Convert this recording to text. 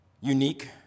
unique